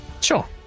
sure